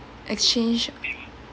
exchange